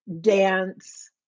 dance